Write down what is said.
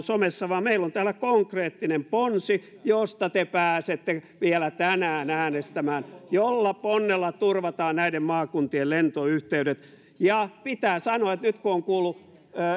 somessa vaan meillä on täällä konkreettinen ponsi josta te pääsette vielä tänään äänestämään jolla turvataan näiden maakuntien lentoyhteydet pitää sanoa että nyt kun on kuullut